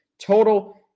total